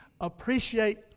Appreciate